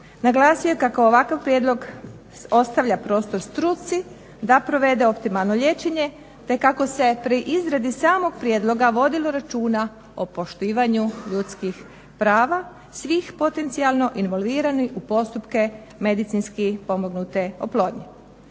naglasio je kako ovakav prijedlog ostavlja prostor struci da provede optimalno liječenje, te kako se pri izradi samog prijedloga vodilo računa o poštivanju ljudskih prava svih potencijalno involviranih u postupke medicinski pomognute oplodnje.